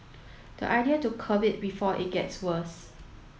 the idea to curb it before it gets worse